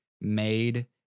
made